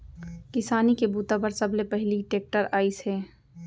किसानी के बूता बर सबले पहिली टेक्टर आइस हे